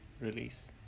release